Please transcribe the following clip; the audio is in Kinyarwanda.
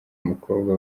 umukobwa